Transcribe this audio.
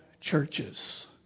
churches